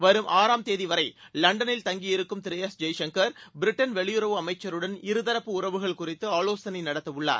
வரும் ஆறாம் தேதிவரை லண்டனில் தங்கியிருக்கும் திரு ஜெய்சங்கர் பிரிட்டன் வெளியுறவு அமைச்சருடன் இருதரப்பு உறவுகள் குறித்து ஆலோசனை நடத்தவுள்ளார்